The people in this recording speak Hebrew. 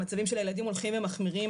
המצבים של הילדים הולכים ומחמירים,